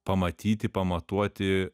pamatyti pamatuoti